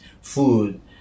food